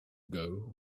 ago